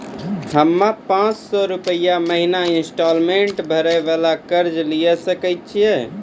हम्मय पांच सौ रुपिया महीना इंस्टॉलमेंट भरे वाला कर्जा लिये सकय छियै?